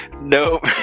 nope